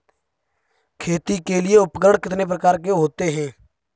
खेती के लिए उपकरण कितने प्रकार के होते हैं?